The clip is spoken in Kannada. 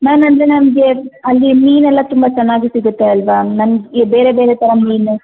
ಮ್ಯಾಮ್ ಅಂದರೆ ನನಗೆ ಅಲ್ಲಿ ಮೀನೆಲ್ಲ ತುಂಬ ಚೆನ್ನಾಗಿ ಸಿಗುತ್ತೆ ಅಲ್ಲವಾ ನಂಗೆ ಬೇರೆ ಬೇರೆ ಥರ ಮೀನು